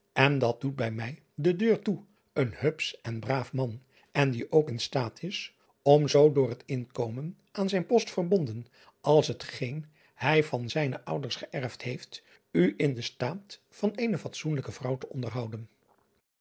en dat doet bij mij de deur toe een hupsch en braaf man en die ook in staat is om zoo door het inkomen aan zijn post verbonden als het geen hij van zijne ouders geërfd heeft u in den staat van eene fatsoenlijke vrouw te onderhouden